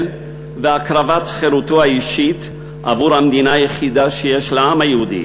והקרבת חירותו האישית בעבור המדינה היחידה שיש לעם היהודי